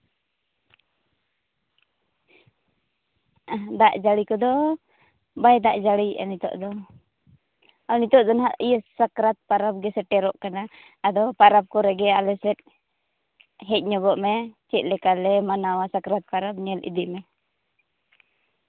ᱫᱟᱜ ᱡᱟᱲᱤ ᱠᱚᱫᱚ ᱵᱟᱭ ᱫᱟᱜ ᱡᱟᱲᱤᱭᱮᱫᱼᱟ ᱱᱤᱛᱳᱜ ᱫᱚ ᱟᱨ ᱱᱤᱛᱳᱜ ᱫᱚ ᱱᱟᱦᱟᱜ ᱤᱭᱟᱹ ᱥᱟᱠᱨᱟᱛ ᱯᱟᱨᱟᱵᱽ ᱜᱮ ᱥᱮᱴᱮᱨᱚᱜ ᱠᱟᱱᱟ ᱟᱫᱚ ᱯᱟᱨᱟᱵᱽ ᱠᱚᱨᱮ ᱜᱮ ᱟᱞᱮ ᱥᱮᱫ ᱦᱮᱡ ᱧᱚᱜᱚᱜ ᱢᱮ ᱪᱮᱫ ᱞᱮᱠᱟ ᱞᱮ ᱢᱟᱱᱟᱣᱟ ᱥᱟᱠᱨᱟᱛ ᱯᱚᱨᱚᱵᱽ ᱧᱮᱞ ᱤᱫᱤ ᱢᱮ